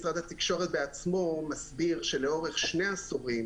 משרד התקשורת בעצמו מסביר שלאורך שני עשורים